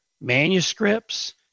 Manuscripts